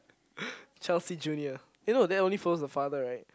Chealsea junior eh no that only follows the father right